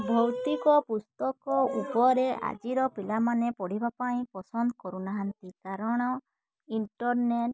ଭୌତିକ ପୁସ୍ତକ ଉପରେ ଆଜିର ପିଲାମାନେ ପଢ଼ିବା ପାଇଁ ପସନ୍ଦ କରୁନାହାଁନ୍ତି କାରଣ ଇଣ୍ଟରନେଟ୍